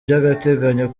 by’agateganyo